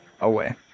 away